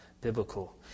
biblical